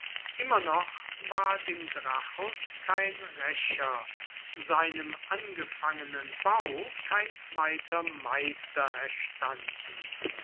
immer noch war dem gracchus kein rächer seinem angefangenen bau kein zweiter meister erstanden